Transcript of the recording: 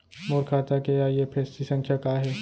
मोर खाता के आई.एफ.एस.सी संख्या का हे?